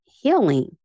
healing